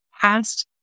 past